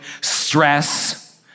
stress